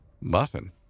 Muffin